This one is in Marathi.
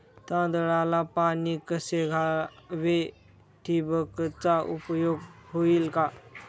तांदळाला पाणी कसे द्यावे? ठिबकचा उपयोग होईल का?